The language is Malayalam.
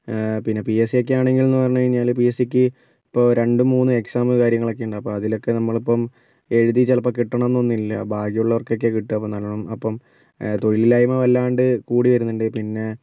പിന്നെ പി എസ് സിയൊക്കെ ആണെങ്കിൽ എന്ന് പറഞ്ഞാൽ പി എസ് സിക്ക് ഇപ്പോൾ രണ്ടും മൂന്നും എക്സാമും കാര്യങ്ങളൊക്കെ ഉണ്ട് അപ്പോൾ അതിലൊക്കെ നമ്മളിപ്പം എഴുതി ചിലപ്പം കിട്ടണം എന്ന് ഒന്നും ഇല്ല ഭാഗ്യള്ളോർക്കൊക്കെയാണ് കിട്ടുക അപ്പം നല്ലോണം അപ്പം തൊഴില്ലായ്മ വല്ലാണ്ട് കൂടി വരുന്നുണ്ട് പിന്നെ